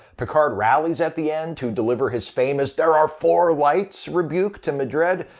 picard rallies at the end to deliver his famous there are four lights! rebuke to madred,